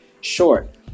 short